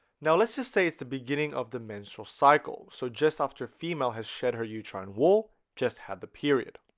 now let's just say it's the beginning of the menstrual cycle. so just after female has shed her uterine wall just had the period